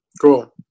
cool